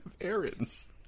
errands